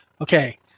Okay